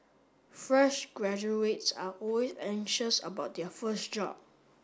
fresh graduates are always anxious about their first job